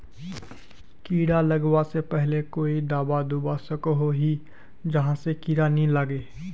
कीड़ा लगवा से पहले कोई दाबा दुबा सकोहो ही जहा से कीड़ा नी लागे?